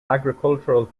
agricultural